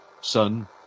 son